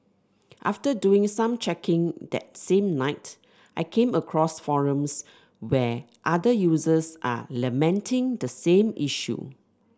after doing some checking that same night I came across forums where other users are lamenting the same issue